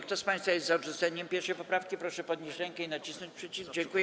Kto z państwa jest za odrzuceniem 1. poprawki, proszę podnieść rękę i nacisnąć przycisk.